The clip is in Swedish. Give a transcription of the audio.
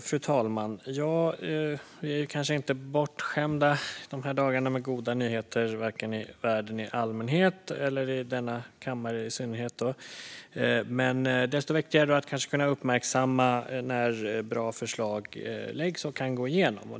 Fru talman! Vi är kanske inte bortskämda dessa dagar med goda nyheter, vare sig i världen i allmänhet eller i denna kammare i synnerhet. Då är det kanske desto viktigare att uppmärksamma när bra förslag läggs fram och kan gå igenom.